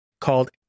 called